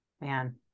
man